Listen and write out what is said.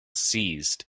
seized